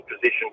position